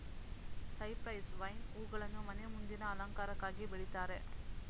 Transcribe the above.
cypress vine ಹೂಗಳನ್ನು ಮನೆ ಮುಂದಿನ ಅಲಂಕಾರಕ್ಕಾಗಿ ಬೆಳಿತಾರೆ